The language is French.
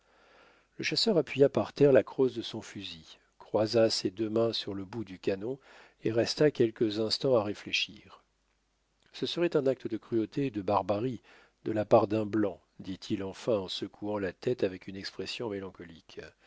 le chasseur appuya par terre la crosse de son fusil croisa ses deux mains sur le bout du canon et resta quelques instants à réfléchir ce serait un acte de cruauté et de barbarie de la part d'un blanc dit-il enfin en secouant la tête avec une expression mélancolique